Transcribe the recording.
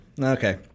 Okay